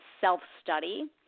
self-study